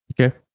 Okay